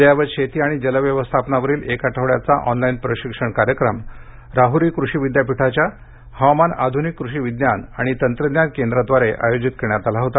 अद्ययावत शेती आणि जल व्यवस्थापनावरील एक आठवड्याचा ऑनलाईन प्रशिक्षण कार्यक्रम राहरी कृषी विद्यापीठाच्या हवामान आध्निक कृषि विज्ञान आणि तंत्रज्ञान केंद्राद्वारे आयोजीत करण्यात आला होता